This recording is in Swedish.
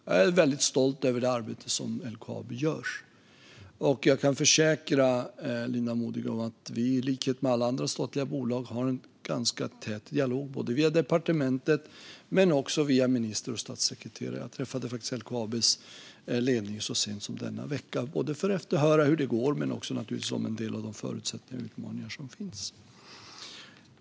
Jag är väldigt stolt över det arbete som LKAB gör, och jag kan försäkra Linda Modig att vi har en tät dialog via departementet men också via ministrar och statssekreterare, i likhet med alla andra statliga bolag. Jag träffade faktiskt LKAB:s ledning så sent som denna vecka både för att efterhöra hur det går och för att höra om en del av de förutsättningar och utmaningar som finns.